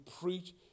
preach